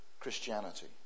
Christianity